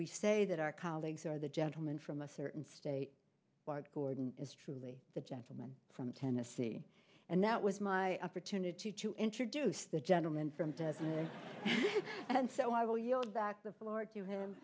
we say that our colleagues are the gentleman from a certain state wide gordon is truly the gentleman from tennessee and that was my opportunity to introduce the gentleman from and so i will yield back the floor to him